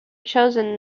chosen